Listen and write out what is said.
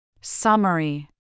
Summary